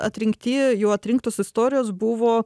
atrinkti jau atrinktos istorijos buvo